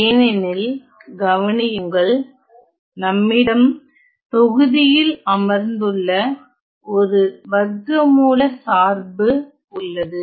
ஏனெனில் கவனியுங்கள் நம்மிடம் தொகுதியில் அமர்ந்துள்ள ஒரு வர்க்கமூல சார்பு உள்ளது